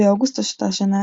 באוגוסט אותה השנה,